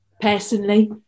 personally